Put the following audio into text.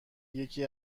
یکی